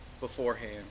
beforehand